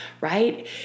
right